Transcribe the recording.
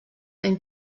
and